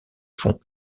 font